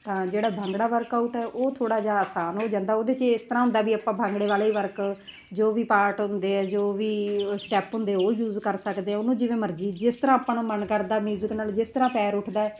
ਤਾਂ ਜਿਹੜਾ ਭੰਗੜਾ ਵਰਕਆਊਟ ਹੈ ਉਹ ਥੋੜ੍ਹਾ ਜਿਹਾ ਆਸਾਨ ਹੋ ਜਾਂਦਾ ਉਹਦੇ 'ਚ ਇਸ ਤਰ੍ਹਾਂ ਹੁੰਦਾ ਵੀ ਆਪਾਂ ਭੰਗੜੇ ਵਾਲੇ ਹੀ ਵਰਕ ਜੋ ਵੀ ਪਾਰਟ ਹੁੰਦੇ ਹੈ ਜੋ ਵੀ ਸਟੈਪ ਹੁੰਦੇ ਉਹ ਯੂਜ ਕਰ ਸਕਦੇ ਆ ਉਹਨੂੰ ਜਿਵੇਂ ਮਰਜ਼ੀ ਜਿਸ ਤਰ੍ਹਾਂ ਆਪਾਂ ਨੂੰ ਮਨ ਕਰਦਾ ਮਿਊਜਿਕ ਨਾਲ ਜਿਸ ਤਰ੍ਹਾਂ ਪੈਰ ਉਠਦਾ ਏ